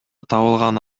табылган